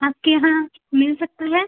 आपके यहाँ मिल सकता है